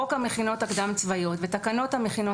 חוק המכינות הקדם צבאיות ותקנות המכינות